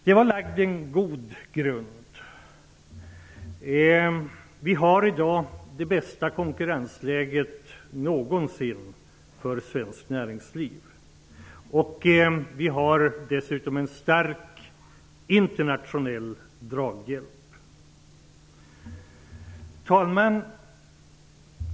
Det har lagts en god grund. Vi har i dag det bästa konkurrensläget någonsin för svenskt näringsliv. Vi har dessutom en stark internationell draghjälp. Herr talman!